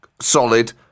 solid